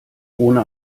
ohne